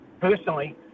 personally